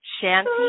shanty